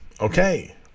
Okay